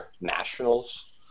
nationals